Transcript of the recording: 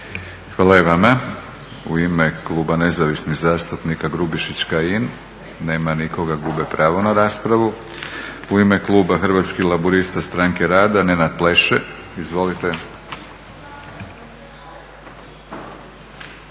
Hvala i vama. U ime Kluba nezavisnih zastupnika Grubišić-Kajin nema nikoga, gube pravo na raspravu. U ime kluba Hrvatskih laburista stranke rada Nenad Pleše. Izvolite.